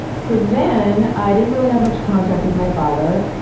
so then i didn't really have much contact with my father,